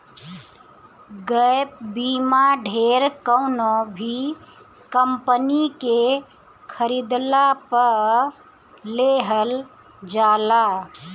gap बीमा ढेर कवनो भी कंपनी के खरीदला पअ लेहल जाला